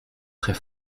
très